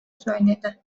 söyledi